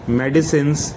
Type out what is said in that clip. medicines